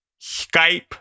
Skype